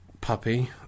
puppy